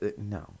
no